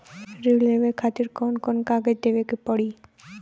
ऋण लेवे के खातिर कौन कोन कागज देवे के पढ़ही?